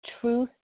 truth